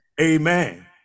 amen